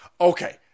Okay